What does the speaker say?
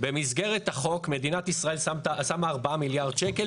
במסגרת החוק מדינת ישראל שמה 4 מיליארד שקל